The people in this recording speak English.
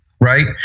Right